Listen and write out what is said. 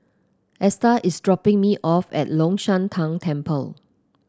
Esta is dropping me off at Long Shan Tang Temple